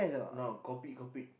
no Coupet Coupet